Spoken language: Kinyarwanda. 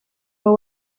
aho